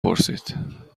پرسید